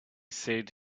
said